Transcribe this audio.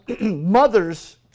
mothers